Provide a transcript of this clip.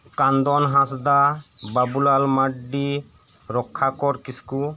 ᱠᱟᱱᱫᱚᱱ ᱦᱟᱸᱥᱫᱟ ᱵᱟᱵᱩᱞᱟᱞ ᱢᱟᱨᱰᱤ ᱨᱚᱠᱷᱟᱠᱚᱨ ᱠᱤᱥᱠᱩ